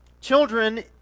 children